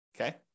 Okay